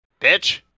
Bitch